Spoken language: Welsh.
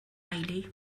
deulu